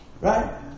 Right